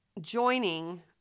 joining